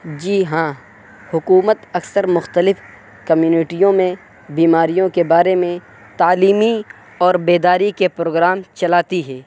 جی ہاں حکومت اکثر مختلف کمیونٹیوں میں بیماریوں کے بارے میں تعلیمی اور بیداری کے پروگرام چلاتی ہے